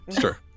Sure